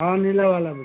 हाँ नीला वाला भी